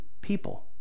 people